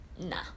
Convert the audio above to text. nah